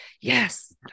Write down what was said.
yes